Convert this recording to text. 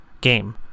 game